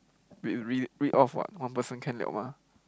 read read read off [what] one person can [liao] mah